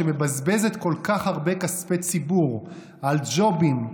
שמבזבזת כל כך הרבה כספי ציבור על ג'ובים,